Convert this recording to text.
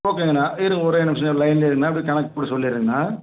ஓகேங்கண்ணா இருங்க ஒரே ஒரு நிமிஷம் லைனிலே இருங்கண்ணா அப்படியே கணக்கு போட்டு சொல்லிடுறேங்கண்ணா